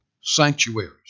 sanctuaries